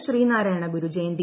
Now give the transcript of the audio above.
ഇന്ന് ശ്രീനാരായണ ഗുരു ജയന്തി